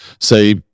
Say